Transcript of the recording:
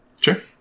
Sure